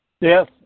Yes